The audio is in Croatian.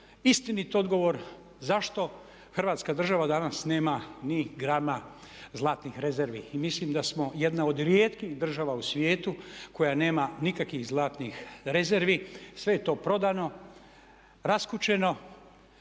istinit odgovor zašto Hrvatska država danas nema ni grama zlatnih rezervi. I mislim da smo jedna od rijetkih država u svijetu koja nema nikakvih zlatnih rezervi, sve je to prodano, raskućeno